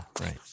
right